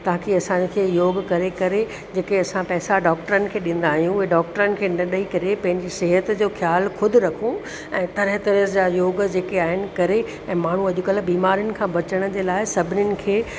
ताकी असांखे योग करे करे जेके असां पैसा डॉक्टरनि खे ॾींदा आहियूं उहे डॉक्टरनि खे न ॾेई करे पंहिंजी सिहत जो ख़्यालु ख़ुदि रखूं ऐं तरह तरह जा योग जेके आहिनि करे ऐं माण्हू अॼुकल्ह बीमारियुनि खां बचण जे लाइ सभिनीनि खे